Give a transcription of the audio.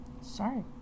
Sorry